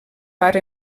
part